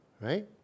right